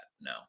No